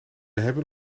hebben